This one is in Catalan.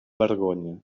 vergonya